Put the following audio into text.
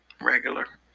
regular